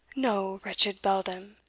no, wretched beldam!